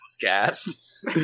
cast